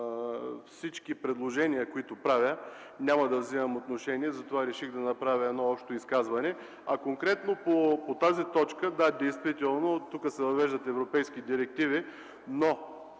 всички предложения, които правя, няма да вземам отношение, затова реших да направя едно общо изказване. Конкретно по тази точка. Да, действително тук се въвеждат европейски директиви, но